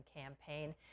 campaign